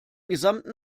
gesamten